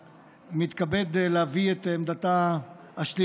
אולי בהפסקות בחדר האוכל של הישיבות,